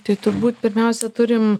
tai turbūt pirmiausia turim